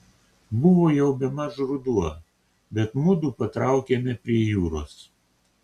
buvo jau bemaž ruduo bet mudu patraukėme prie jūros